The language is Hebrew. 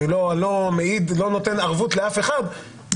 אני לא נותן ערבות לאף אחד,